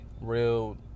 real